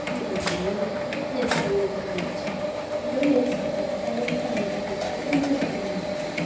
कुछ बनना है जैसे अंगूर का गुच्छा होता है जो एक साथ रहता है उसका रेट पूछिये तो वो ज़्यादा बताता है